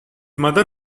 mother